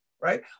right